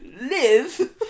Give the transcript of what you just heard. live